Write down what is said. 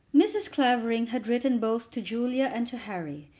mrs. clavering had written both to julia and to harry,